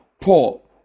Paul